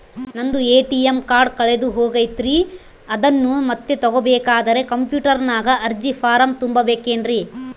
ನಂದು ATM card ಕಳೆದು ಹೋಗೈತ್ರಿ ಅದನ್ನು ಮತ್ತೆ ತಗೋಬೇಕಾದರೆ ಕಂಪ್ಯೂಟರ್ ನಾಗ ಅರ್ಜಿ ಫಾರಂ ತುಂಬಬೇಕನ್ರಿ?